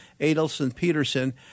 Adelson-Peterson